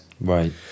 Right